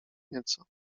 nieco